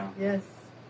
yes